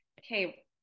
okay